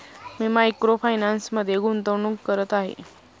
मी micro फायनान्समध्ये गुंतवणूक करत आहे